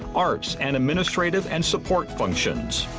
arts, and administrative and support functions.